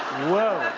whoa.